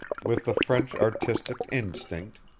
with the french artistic instinct,